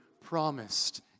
promised